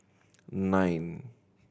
nine